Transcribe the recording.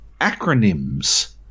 acronyms